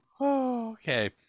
Okay